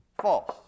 False